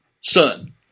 son